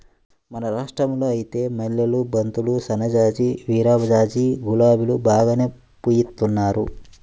మన రాష్టంలో ఐతే మల్లెలు, బంతులు, సన్నజాజి, విరజాజి, గులాబీలు బాగానే పూయిత్తున్నారు